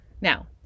Now